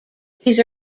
these